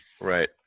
Right